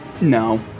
No